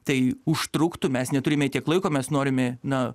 tai užtruktų mes neturime tiek laiko mes norime na